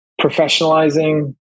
professionalizing